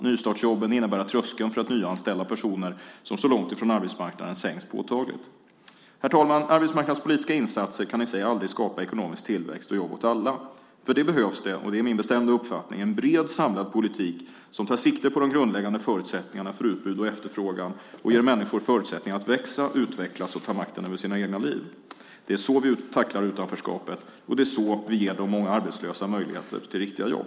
Nystartsjobben innebär att tröskeln för att nyanställa personer som står långt från arbetsmarknaden sänks påtagligt. Herr talman! Arbetsmarknadspolitiska insatser kan i sig aldrig skapa ekonomisk tillväxt och jobb åt alla. För det behövs det, det är min bestämda uppfattning, en bred, samlad politik som tar sikte på de grundläggande förutsättningarna för utbud och efterfrågan och ger människor förutsättningar att växa, utvecklas och ta makten över sina liv. Det är så vi tacklar utanförskapet, och det är så vi ger de många arbetslösa möjligheter till riktiga jobb.